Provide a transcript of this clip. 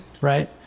Right